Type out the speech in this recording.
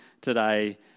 today